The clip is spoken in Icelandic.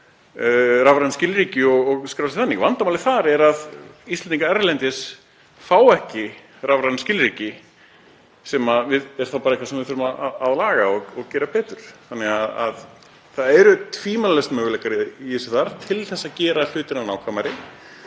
rafræn skilríki og skrá sig þannig. Vandamálið þar er að Íslendingar erlendis fá ekki rafræn skilríki sem er þá bara eitthvað sem við þurfum að laga og gera betur. Það eru því tvímælalaust möguleikar þarna til þess að gera hlutina nákvæmari